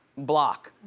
block.